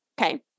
okay